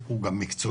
הוא גם מקצועי,